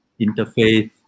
interfaith